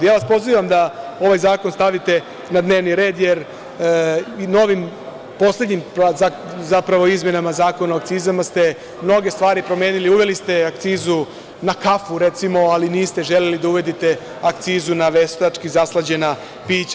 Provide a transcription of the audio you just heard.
Ja vas pozivam da ovaj zakon stavite na dnevni red jer i novim poslednjim zapravo izmenama Zakona o akcizama ste mnoge stvari promenili, uveli ste akcizu na kafu, recimo, ali niste želeli da uvodite akcizu na veštački zaslađena pića.